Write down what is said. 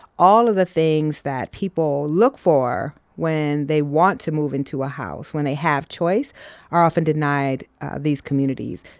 all of the things that people look for when they want to move into a house when they have choice are often denied these communities.